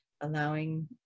allowing